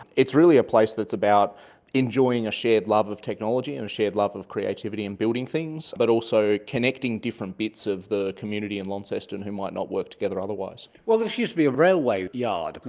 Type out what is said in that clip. it's really a place that's about enjoying a shared love of technology and a shared love of creativity and building things, but also connecting different bits of the community in launceston who might not work together otherwise. well, this used to be a railway yard.